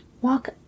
Walk